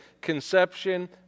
Conception